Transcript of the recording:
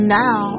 now